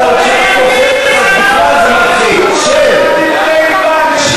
אדוני, אני אסביר לו,